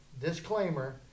disclaimer